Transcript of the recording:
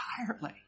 entirely